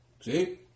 See